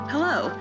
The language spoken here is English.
Hello